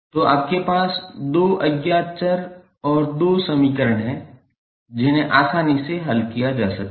तो आपके पास दो अज्ञात चर और दो समीकरण हैं जिन्हें आसानी से हल किया जा सकता है